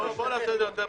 נעשה את זה יותר פשוט,